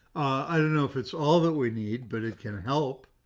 i don't know if it's all that we need, but it can help.